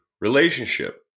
relationship